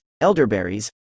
elderberries